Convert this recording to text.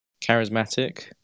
charismatic